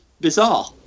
bizarre